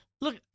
Look